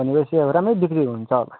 भनेपछि अब राम्रै बिक्री हुन्छ होला